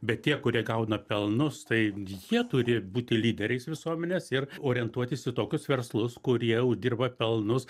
bet tie kurie gauna pelnus tai jie turi būti lyderiais visuomenės ir orientuotis į tokius verslus kurie jau dirba pelnus